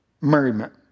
merriment